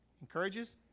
encourages